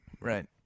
Right